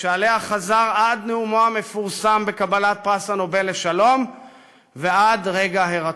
שעליה חזר עד נאומו המפורסם בקבלת פרס נובל לשלום ועד רגע הירצחו.